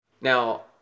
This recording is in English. now